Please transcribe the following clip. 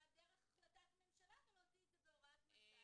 דרך החלטת ממשלה ולהוציא את זה בהוראת מנכ"ל.